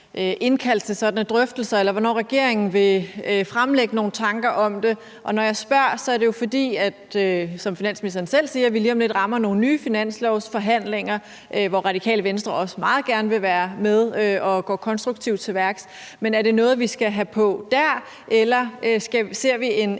indkaldt til sådanne drøftelser, eller hvornår regeringen vil fremlægge nogle tanker om det? Når jeg spørger, er det jo, fordi, som finansministeren selv siger, vi lige om lidt rammer nogle nye finanslovsforhandlinger, hvor Radikale Venstre også meget gerne vil være med og gå konstruktivt til værks. Men er det noget, vi skal have på dér, eller ser vi en